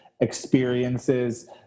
experiences